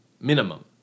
Minimum